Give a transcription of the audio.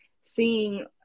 seeing